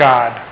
God